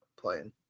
playing